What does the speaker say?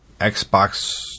Xbox